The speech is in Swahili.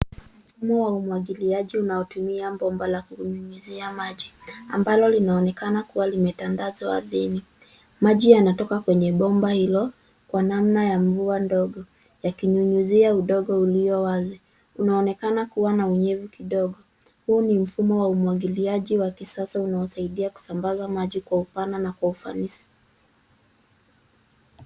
Mfumo wa umwagiliaji unatumia bomba la kunyunyizia maji, ambalo linaonekana kuwa limetandazwa ardhini. Maji yanatoka kwenye bomba hilo kwa namna ya mvua ndogo, yakinyunyizia udongo ulio wazi unaoonekana kuwa na unyevu kidogo. Huu ni mfumo wa umwagiliaji wa kisasa unaosaidia kusambaza maji kwa upana na kwa ufanisi.